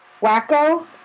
Wacko